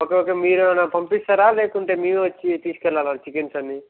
okay okay మీరు ఏమన్నా పంపిస్తరా లేకుంటే మేమే వచ్చి తీసుకెళ్ళాలా చికెన్స్ అన్నీ